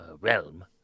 realm